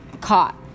caught